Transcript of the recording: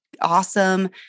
awesome